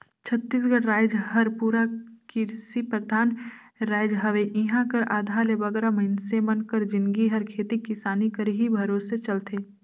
छत्तीसगढ़ राएज हर पूरा किरसी परधान राएज हवे इहां कर आधा ले बगरा मइनसे मन कर जिनगी हर खेती किसानी कर ही भरोसे चलथे